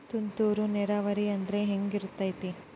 ತುಂತುರು ನೇರಾವರಿ ಅಂದ್ರೆ ಹೆಂಗೆ ಇರುತ್ತರಿ?